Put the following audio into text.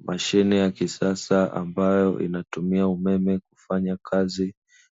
Mashine ya kisasa ambayo inatumia umeme kufanya kazi,